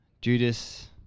Judas